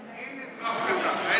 אין אזרח קטן.